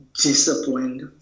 disciplined